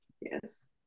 yes